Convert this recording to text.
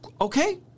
okay